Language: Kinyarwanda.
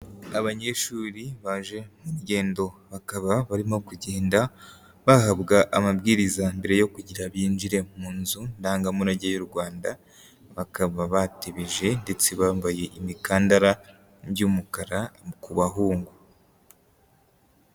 Abanyeshuri baje mu rugendo, bakaba barimo kugenda bahabwa amabwiriza, mbere yo kugira binjire mu nzu ndangamurage y'u Rwanda, bakaba batebije, ndetse bambaye imikandara y'umukara ku bahungu.